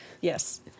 Yes